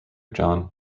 john